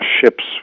ships